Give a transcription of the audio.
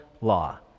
law